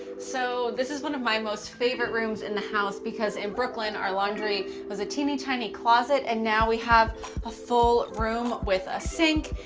so this is one of my most favorite rooms in the house because, in brooklyn our laundry was a teeny, tiny closet and now we have a full room with a sink,